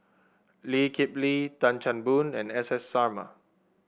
Lee Kip Lee Tan Chan Boon and S S Sarma